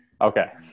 Okay